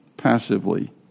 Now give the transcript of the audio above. passively